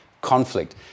conflict